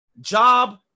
job